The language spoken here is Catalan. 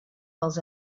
pels